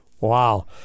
Wow